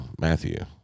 Matthew